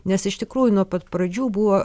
nes iš tikrųjų nuo pat pradžių buvo